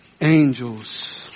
angels